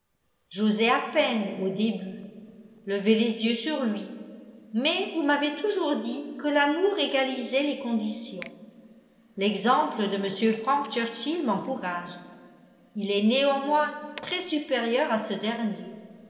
j'osais à peine au début lever les yeux sur lui mais vous m'avez toujours dit que l'amour égalisait les conditions l'exemple de m frank churchill m'encourage il est néanmoins très supérieur à ce dernier